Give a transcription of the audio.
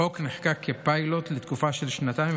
החוק נחקק כפיילוט לתקופה של שנתיים,